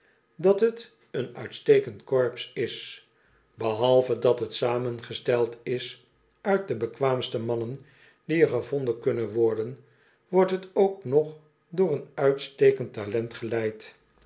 dat t een uitstekend korps is behalve dat het samengesteld is uit de bekwaamste mannen die er gevonden kunnen worden wordt t ook nog door een uitstekend talent geleid